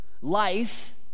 Life